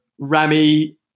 Rami